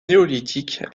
néolithique